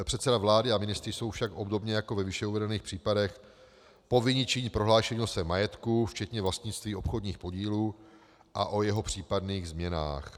Předseda vlády a ministři jsou však obdobně jako ve výše uvedených případech povinni činit prohlášení o svém majetku včetně vlastnictví obchodních podílů a o jeho případných změnách.